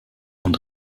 und